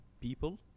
people